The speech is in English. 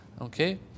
okay